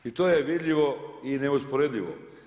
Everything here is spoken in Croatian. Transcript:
I to je vidljivo i neusporedivo.